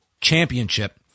championship